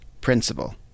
principle